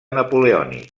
napoleònic